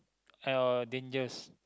or dangers